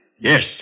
Yes